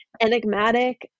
enigmatic